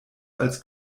als